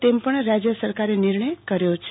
તેમ પણ રાજ્ય સરકારે નિર્ણય કર્યો છે